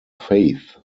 faith